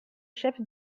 chef